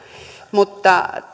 mutta